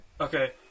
Okay